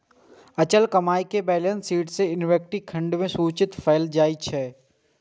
बचल कमाइ कें बैलेंस शीट मे इक्विटी खंड मे सूचित कैल जाइ छै